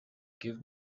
give